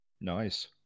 Nice